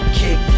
kick